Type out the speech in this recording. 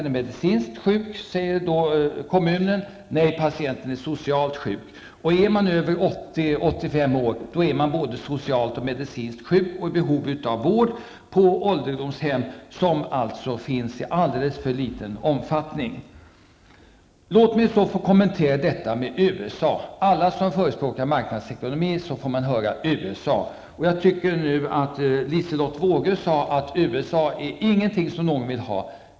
Nej, det är du som skall ta hand om patienten; vederbörande är socialt sjuk, säger landstinget till kommunen. Är man 80--85 år är man både socialt och medicinskt sjuk och i behov av vård på ålderdomshem, som alltså finns i alldeles för liten omfattning. Låt mig så få kommentera påståendena om USA. Alla som förespråkar marknadsekonomi får höra hur det är i USA. Som Liselotte Wågö här sade är den modell man har i USA inte någonting som någon här vill ha.